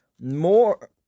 more